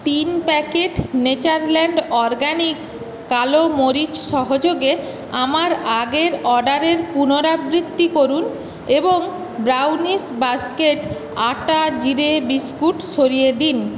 তিন packet Natureland Organics কালো মরিচ সহযোগে আমার আগের অর্ডারের পুনরাবৃত্তি করুন এবং ব্রাউনিস বাস্কেট আটা জিরে বিস্কুট সরিয়ে দিন